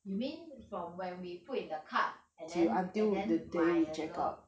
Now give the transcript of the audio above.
you mean from when we put in the cart and then and then 买的时候